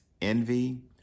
envy